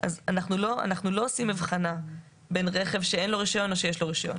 אנחנו לא עושים אבחנה בין רכב שאין לו רישיון לבין רכב שיש לו רישיון.